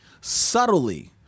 subtly